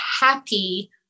happy